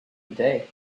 today